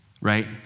right